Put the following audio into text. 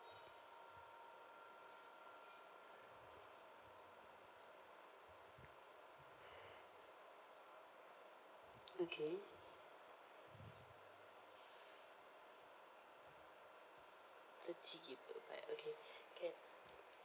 okay thirty gigabyte okay can